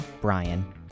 Brian